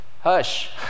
hush